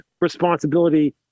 responsibility